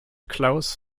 klaus